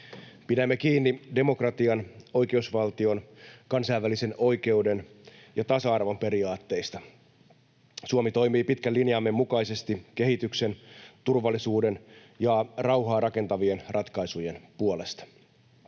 Pidämme kiinni demokratian, oikeusvaltion, kansainvälisen oikeuden ja tasa-arvon periaatteista. Suomi toimii pitkän linjamme mukaisesti kehityksen, turvallisuuden ja rauhaa rakentavien ratkaisujen puolesta.